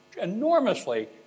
enormously